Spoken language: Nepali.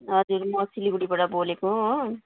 हजुर म सिलगढीबाट बोलेको हो